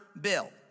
bill